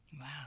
Wow